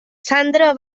sandra